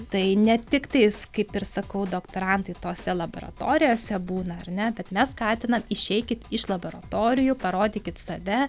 tai ne tiktais kaip ir sakau doktorantai tose laboratorijose būna ar ne bet mes skatinam išeikit iš laboratorijų parodykit save